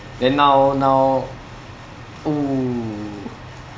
then now now oh